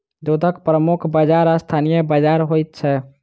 दूधक प्रमुख बाजार स्थानीय बाजार होइत छै